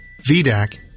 VDAC